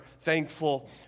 thankful